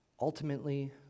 Ultimately